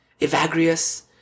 Evagrius